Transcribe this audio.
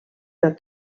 del